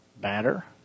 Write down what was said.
batter